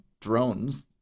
drones